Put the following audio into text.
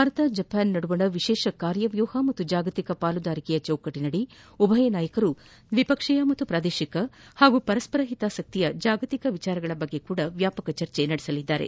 Bharat Japan ನಡುವಣ ವಿಶೇಷ ಕಾರ್ಯವ್ಯೂಪ ಮತ್ತು ಜಾಗತಿಕ ಪಾಲುದಾರಿಕೆಯ ಚೌಕಟ್ಟಿನಡಿ ಉಭಯ ನಾಯಕರು ದ್ವಿಪಕ್ಷೀಯ ಮತ್ತು ಪ್ರಾದೇಶಿಕ ಹಾಗೂ ಪರಸ್ಪರ ಹಿತಾಸಕ್ತಿಯ ಜಾಗತಿಕ ವಿಷಯಗಳ ಕುರಿತಂತೆಯೂ ವ್ಯಾಪಕ ಚರ್ಚೆ ನಡೆಸಲಿದ್ದಾರೆ